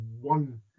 one